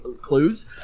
clues